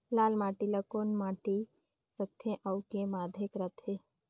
लाल माटी ला कौन माटी सकथे अउ के माधेक राथे?